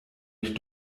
ich